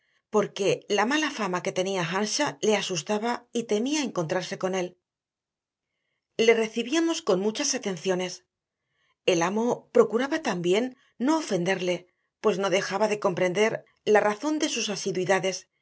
borrascosas porque la mala fama que tenía earnshaw le asustaba y temía encontrarse con él le recibíamos con muchas atenciones el amo procuraba también no ofenderle pues no dejaba de comprender la razón de sus